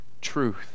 truth